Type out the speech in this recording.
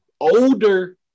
older